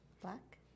Black